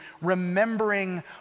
remembering